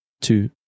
two